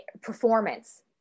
performance